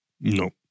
No